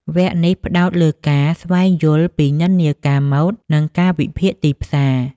វគ្គនេះផ្តោតលើការ ស្វែងយល់ពីនិន្នាការម៉ូដ និងការវិភាគទីផ្សារ។